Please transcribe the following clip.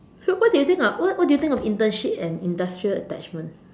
so what do you think of what do you think of internship and industrial attachment